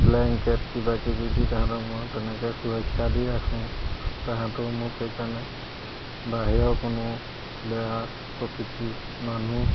blanket কিবাকিবি দি তাহাঁতক মই তেনেকে সুৰক্ষা দি ৰাখোঁ তাহাঁতেও মোক সেইকাৰণে বাহিৰৰ কোনো বেয়া প্ৰকৃতিৰ মানুহ